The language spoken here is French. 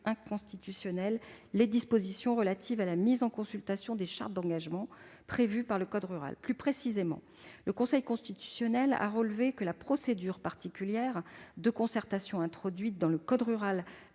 inconstitutionnelles les dispositions relatives à la mise en consultation des chartes d'engagements prévues par le code rural. Plus précisément, le Conseil constitutionnel a relevé que la procédure particulière de concertation introduite dans le code rural